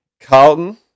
Carlton